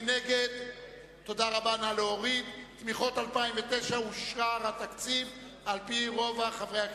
נגד, 51, ואין נמנעים.